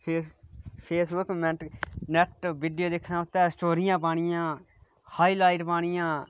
Facebook net video दिक्खने आस्तै स्टोरियां पानियां हाईलाईट पानियां